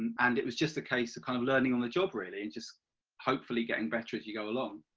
and it was just a case kind of learning on the job, really, just hopefully getting better as you go along.